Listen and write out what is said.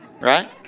right